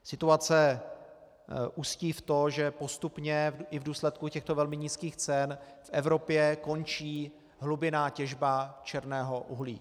Situace ústí v to, že postupně i v důsledku těchto velmi nízkých cen v Evropě končí hlubinná těžba černého uhlí.